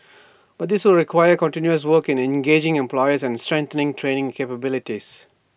but this will require continuous work in engaging employers and strengthening training capabilities